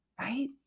right